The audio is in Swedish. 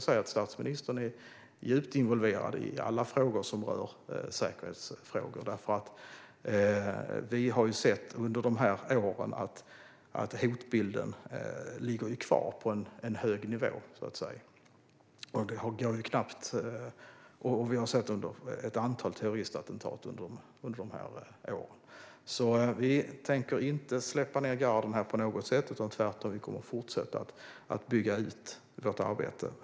Statsministern är djupt involverad i alla säkerhetsfrågor. Vi har under de här åren sett hotbilden ligga kvar på en hög nivå och ett antal terroristattentat. Vi tänker alltså inte sänka garden på något sätt. Vi kommer tvärtom att fortsätta bygga ut vårt arbete.